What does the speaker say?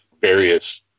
various